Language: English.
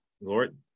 Lord